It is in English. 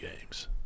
games